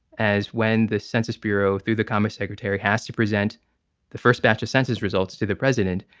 as when the census bureau, through the commerce secretary, has to present the first batch of census results to the president,